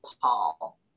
Paul